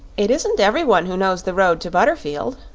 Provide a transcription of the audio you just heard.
it isn't everyone who knows the road to butterfield,